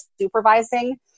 supervising